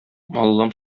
аллам